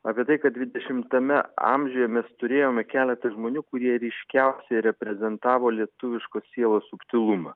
apie tai kad dvidešimtame amžiuje mes turėjome keletą žmonių kurie ryškiausiai reprezentavo lietuviškos sielos subtilumą